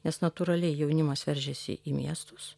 nes natūraliai jaunimas veržiasi į miestus